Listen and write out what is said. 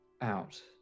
out